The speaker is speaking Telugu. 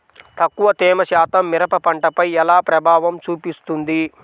తక్కువ తేమ శాతం మిరప పంటపై ఎలా ప్రభావం చూపిస్తుంది?